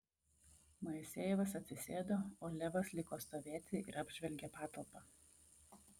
moisejevas atsisėdo o levas liko stovėti ir apžvelgė patalpą